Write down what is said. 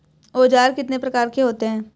औज़ार कितने प्रकार के होते हैं?